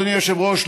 אדוני היושב-ראש,